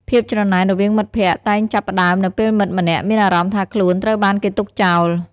ភាពច្រណែនរវាងមិត្តភក្តិតែងចាប់ផ្ដើមនៅពេលមិត្តម្នាក់មានអារម្មណ៍ថាខ្លួនត្រូវបានគេទុកចោល។